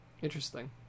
Interesting